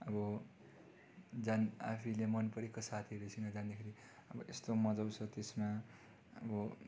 अब जान आफूलाई मनपरेको साथीहरूसँग जाँदाखेरि अब यस्तो मजा आउँछ त्यसमा अब